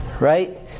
right